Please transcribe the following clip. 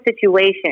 situation